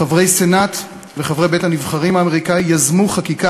חברי סנאט וחברי בית-הנבחרים האמריקני יזמו חקיקה